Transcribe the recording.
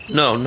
no